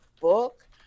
book